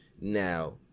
Now